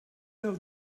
know